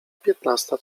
piętnasta